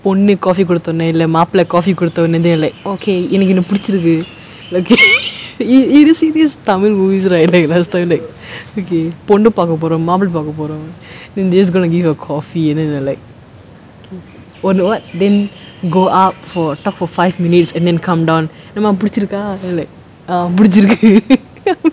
பொண்ணு:ponnu coffee ககுடுத்தோனே இல்ல மாப்ள:kuduthonae illa maapla coffee குடுத்தோனே:kuduthonae they're like okay எனக்கு இவன புடிச்சிருக்கு எனக்கு:enakku ivana pudichirukku enakku you you just see these tamil movies right like last time right okay பொண்ணு பாக்க போரோ மாப்ள பாக்க போரோ:ponnu paakka poro maapla paakka poro then they are just going to give a coffee and then they are like oh know [what] then go up for talk for five minutes and then come down என்னமா புடிச்சிருக்கா:ennamaa pudichirukkaa and like ah புடிச்சிருக்கு:pudichirukku